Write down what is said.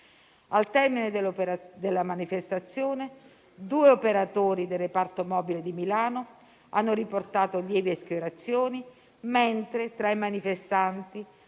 Al termine della manifestazione due operatori del reparto mobile di Milano hanno riportato lievi escoriazioni, mentre tra i manifestanti